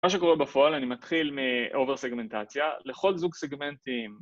מה שקורה בפועל אני מתחיל מ-Over סגמנטציה, לכל זוג סגמנטים